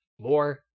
More